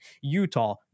Utah